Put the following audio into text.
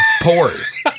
pores